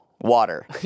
Water